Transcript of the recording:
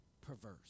perverse